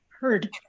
heard